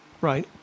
right